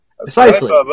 precisely